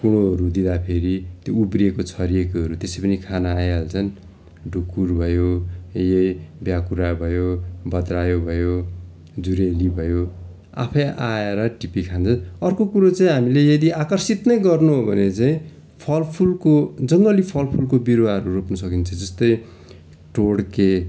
कुँडोहरू दिँदाखेरि त्यो उब्रिएको छरिएकोहरू त्यसै पनि खाना आइहाल्छन् ढुक्कुर भयो यही भ्याकुरा भयो भद्रायो भयो जुरेली भयो आफै आएर टिपी खान्छ अर्को कुरो चाहिँ हामीले यदि आकर्षित नै गर्नु हो भने चाहिँ फल फुलको जङ्गली फल फुलको बिरुवाहरू रोप्नु सकिन्छ जस्तै टोड्के